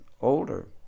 older